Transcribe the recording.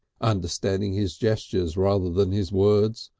understanding his gestures rather than his words.